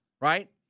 right